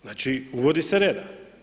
Znači, uvodi se reda.